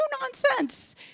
nonsense